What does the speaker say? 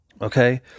okay